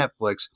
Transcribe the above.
Netflix